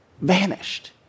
vanished